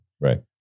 Right